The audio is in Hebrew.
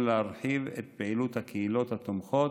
להרחיב את פעילות הקהילות התומכות,